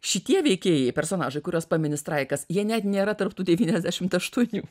šitie veikėjai personažai kuriuos pamini straikas jie net nėra tarp tų devyniasdešimt aštuonių